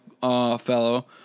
fellow